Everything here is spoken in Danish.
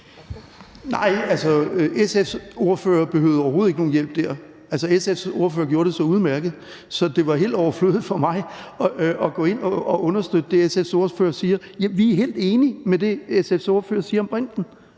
SF's ordfører behøvede overhovedet ikke nogen hjælp der. SF's ordfører gjorde det så udmærket, at det var helt overflødigt for mig at gå ind at understøtte det, SF's ordfører sagde. Vi er helt enige i det, SF's ordfører siger om brinten